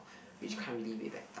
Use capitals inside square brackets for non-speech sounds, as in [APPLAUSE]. [BREATH] which can't really be back